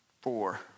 four